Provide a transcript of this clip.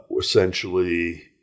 essentially